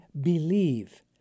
believe